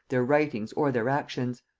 their writings, or their actions.